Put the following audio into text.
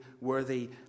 worthy